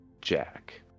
Jack